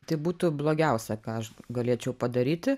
tai būtų blogiausia ką aš galėčiau padaryti